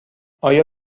آیا